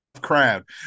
Crab